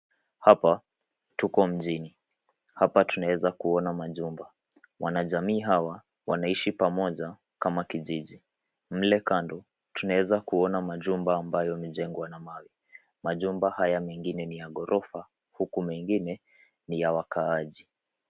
Hapa tuko mjini. Hapa tunaweza kuona majumba. Wanajamii hawa wanaishi pamoja kama kijiji. Mle kando tunaweza kuona majumba ambayo yamejengwa na mawe. Majumba haya mengine ni ya ghorofa huku mengine ni ya wakaaji.